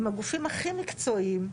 עם הגופים הכי מקצועיים,